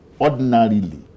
ordinarily